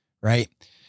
right